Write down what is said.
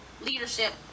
leadership